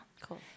Cool